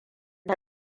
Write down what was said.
ta